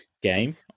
Game